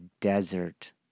desert